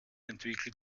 entwickelt